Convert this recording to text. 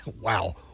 Wow